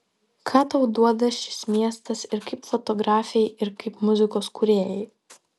ką tau duoda šis miestas ir kaip fotografei ir kaip muzikos kūrėjai